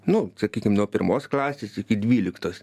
nu sakykim nuo pirmos klasės iki dvyliktos